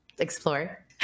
explore